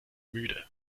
müde